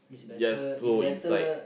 just throw inside